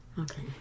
Okay